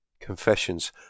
Confessions